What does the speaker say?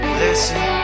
listen